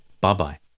Bye-bye